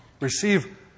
receive